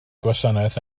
gwasanaeth